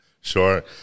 Sure